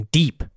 deep